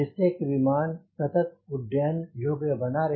जिससे कि विमान सतत उड्डयन योग्य बना रहे